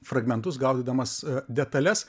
fragmentus gaudydamas detales